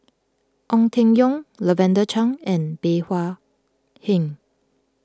Ong Keng Yong Lavender Chang and Bey Hua Heng